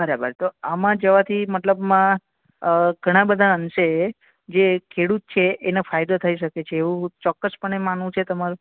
બરાબર તો આમાં જવાથી મતલબમાં ઘણા બધા અંશે જે ખેડૂત છે એને ફાયદો થઇ શકે છે એવું ચોક્કસ પણે માનવું છે તમારું